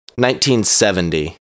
1970